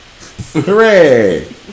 Hooray